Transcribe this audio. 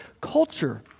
culture